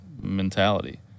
mentality